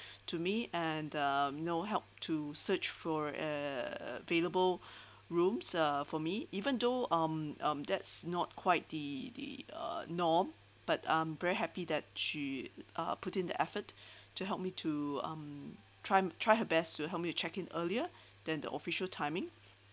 to me and um know help to search for a available rooms uh for me even though um um that's not quite the the uh norm but I'm very happy that she uh put in the effort to help me to um try try her best to help me to check in earlier than the official timing